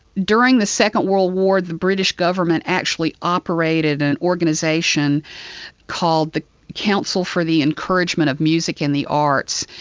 during the second world war the british government actually operated an organisation called the council for the encouragement of music in the arts.